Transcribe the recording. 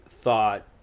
thought